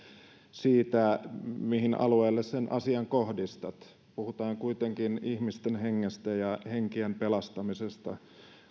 on se mihin alueelle sen asian kohdistat puhutaan kuitenkin ihmisten hengestä ja henkien pelastamisesta